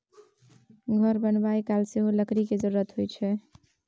घर बनाबय काल सेहो लकड़ी केर जरुरत होइ छै